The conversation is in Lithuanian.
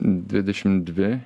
dvidešim dvi